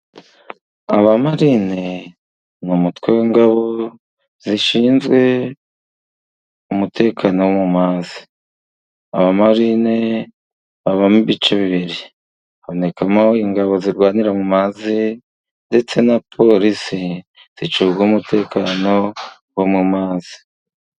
Abamarine ni umutwe w'ingabo zishinzwe umutekano wo mu mazi, abamarine babamo ibice bibiri habonekamo: ingabo zirwanira mu mazi ndetse na polisi zicunga umutekano wo mu mazi.